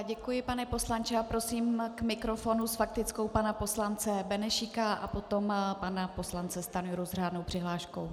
Děkuji, pane poslanče, a prosím k mikrofonu s faktickou pana poslance Benešíka a potom pana poslance Stanjuru s řádnou přihláškou.